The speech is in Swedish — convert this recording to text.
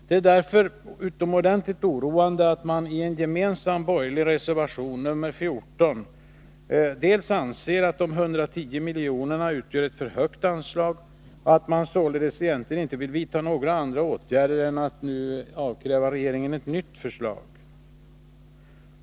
Det är därför utomordentligt oroande att man i en gemensam borgerlig reservation, nr 14, framfört att man anser att de 110 miljonerna utgör ett för högt anslag och att man således egentligen inte vill vidta några andra åtgärder än att avkräva regeringen ett nytt förslag.